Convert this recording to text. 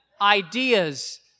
ideas